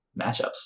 matchups